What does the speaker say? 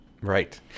Right